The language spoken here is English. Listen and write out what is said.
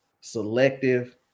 selective